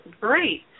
great